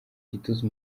gituza